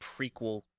prequel